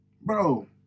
bro